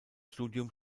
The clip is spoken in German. studium